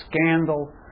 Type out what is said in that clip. scandal